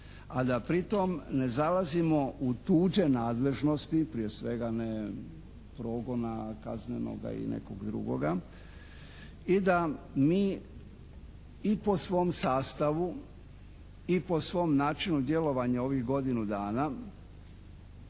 a da pri tom ne zalazimo u tuđe nadležnosti prije svega ne progona kaznenoga i nekog drugoga i da mi i po svom sastavu i po svom načinu djelovanja ovih godinu dana